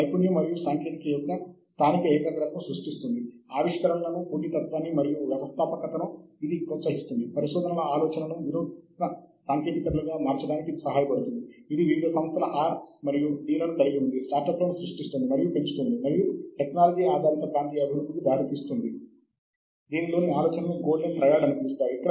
కాబట్టి సాహిత్యాన్ని శోధించడానికి మనం మూడు ప్రధాన వ్యూహాలను అనుసరిస్తాము